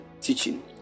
teaching